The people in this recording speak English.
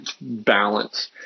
balance